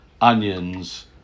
onions